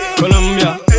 Colombia